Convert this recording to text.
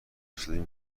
افتادیم